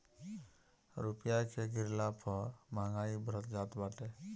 रूपया के गिरला पअ महंगाई बढ़त जात बाटे